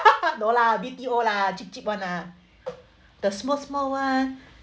no lah B_T_O lah cheap cheap [one] ah the small small [one]